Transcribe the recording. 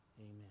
Amen